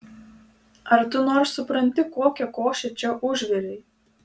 ar tu nors supranti kokią košę čia užvirei